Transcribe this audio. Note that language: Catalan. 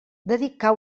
dedicar